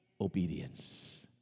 obedience